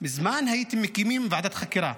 מזמן הייתם מקימים ועדת חקירה.